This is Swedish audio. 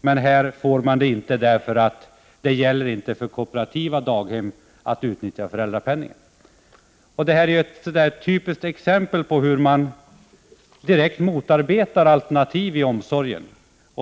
Men här får de det inte, därför att det inte gäller för kooperativa daghem. Detta är ett typiskt exempel på hur man direkt motarbetar alternativ i omsorgen.